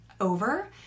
over